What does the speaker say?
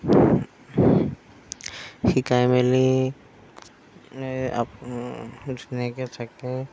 শিকাই মেলি ধুনীয়াকৈ থাকে